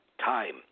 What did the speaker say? time